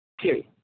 Period